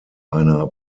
einer